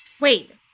wait